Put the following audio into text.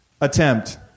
attempt